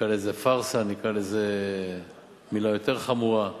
נקרא לזה פארסה, נקרא לזה מלה יותר חמורה,